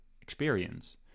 experience